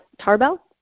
tarbell